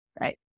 right